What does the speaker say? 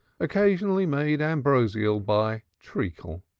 occasionally made ambrosial by treacle